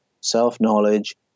self-knowledge